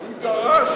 הוא דרש,